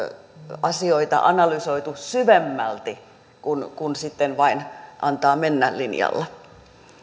asioita analysoitu syvemmälti kuin sitten vain antaa mennä linjalla arvoisa